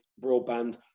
broadband